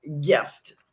gift